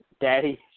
daddy